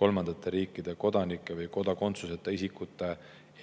kolmandate riikide kodanike või kodakondsuseta isikute